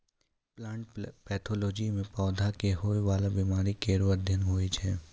plant pathology म पौधा क होय वाला बीमारी केरो अध्ययन होय छै